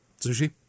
Sushi